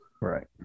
right